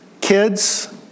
kids